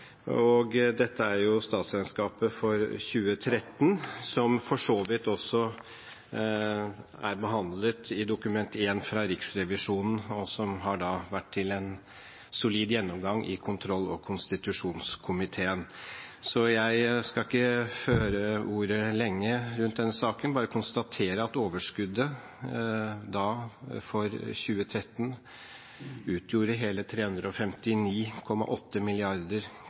orden. Dette er statsregnskapet for 2013, som for så vidt også er behandlet i Dokument 1 fra Riksrevisjonen, og som har vært til en solid gjennomgang i kontroll- og konstitusjonskomiteen. Jeg skal ikke føre ordet lenge rundt denne saken, men bare konstatere at overskuddet for 2013 utgjorde hele 359,8